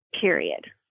period